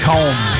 Home